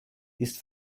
ist